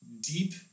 deep